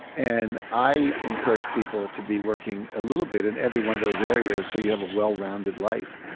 and i encourage people to be working a little bit in every one of those areas so you have a well-rounded life.